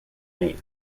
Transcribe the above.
made